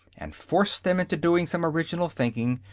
and forced them into doing some original thinking,